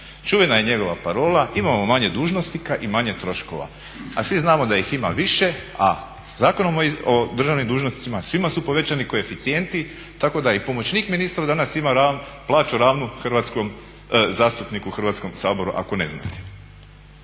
Čuvena je njegova parola: imamo manje dužnosnika i manje troškova, a svi znamo da ih ima više, a Zakonom o državnim dužnosnicima svima su povećani koeficijenti tako da i pomoćnik ministra danas ima plaću ravnu zastupniku u Hrvatskom saboru …. Kada